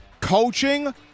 coaching